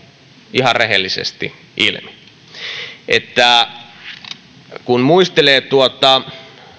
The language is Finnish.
ihan rehellisesti ilmi kun muistelee tuota